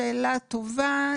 שאלה טובה.